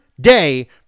day